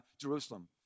Jerusalem